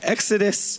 Exodus